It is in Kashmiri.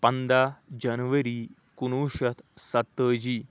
پنٛداہ جنؤری کُنوُہ شتھ سَتتٲجی